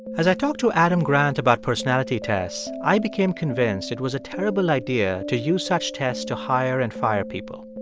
as i talked to adam grant about personality tests, i became convinced it was a terrible idea to use such tests to hire and fire people.